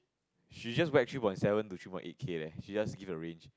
she just write three point seven to three point eight K leh she just give a range